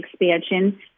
expansion